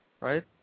right